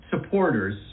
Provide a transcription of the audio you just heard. supporters